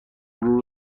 غرور